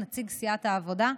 נציג סיעת העבודה.